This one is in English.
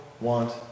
want